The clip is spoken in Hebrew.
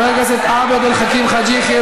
חבר הכנסת עבד אל חכים חאג' יחיא,